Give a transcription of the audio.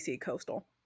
coastal